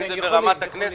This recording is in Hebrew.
אם זה ברמת הכנסת,